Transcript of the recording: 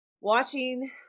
watching